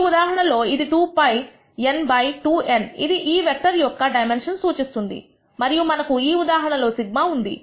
ఈ ఉదాహరణలో ఇది 2 π n బై 2 n ఇది ఈ వెక్టర్ యొక్క డైమెన్షన్స్ సూచిస్తుంది మరియు మనకు ఈ ఉదాహరణలో σ ఉంది